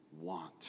want